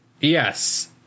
Yes